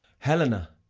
helena,